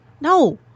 No